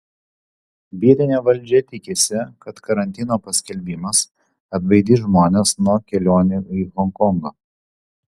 vietinė valdžia tikisi kad karantino paskelbimas atbaidys žmones nuo kelionių į honkongą